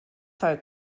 halt